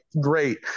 great